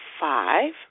five